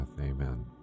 Amen